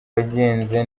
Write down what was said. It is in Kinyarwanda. wagenze